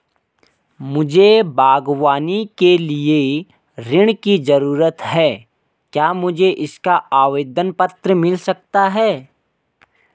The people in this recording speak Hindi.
मुझे बागवानी के लिए ऋण की ज़रूरत है क्या मुझे इसका आवेदन पत्र मिल सकता है?